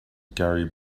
gary